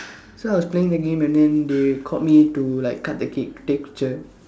so I was playing the game and then they called me to like cut the cake take picture